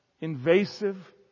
invasive